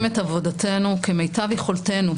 אנחנו עושים את עבודתנו כמיטב יכולתנו,